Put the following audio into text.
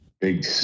big